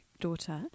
daughter